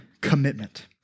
commitment